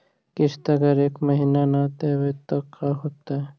किस्त अगर एक महीना न देबै त का होतै?